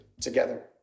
together